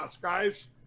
guys